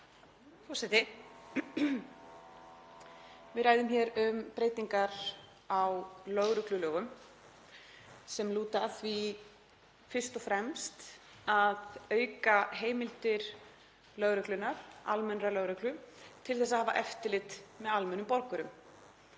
Forseti. Við ræðum hér um breytingar á lögreglulögum sem lúta að því fyrst og fremst að auka heimildir lögreglunnar, almennrar lögreglu, til að hafa eftirlit með almennum borgurum.